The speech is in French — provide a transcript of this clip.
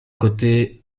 côtés